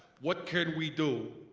what can we do.